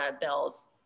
bills